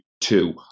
two